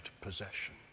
possession